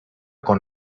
con